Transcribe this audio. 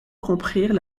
comprirent